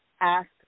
ask